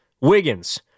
Wiggins